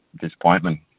disappointment